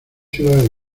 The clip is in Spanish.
ciudades